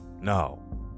No